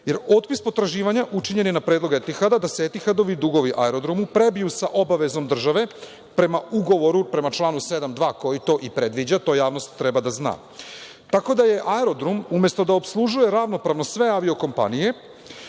jer otpis potraživanja je učinjen na predlog „Etihada“, da se „Etihadovi“ dugovi aerodromu prebiju sa obavezom države, prema ugovoru, prema članu 72. koji to i predviđa. To javnost treba da zna. Tako da, aerodrom umesto da opslužuje ravnopravno sve avio-kompanije,